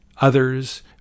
others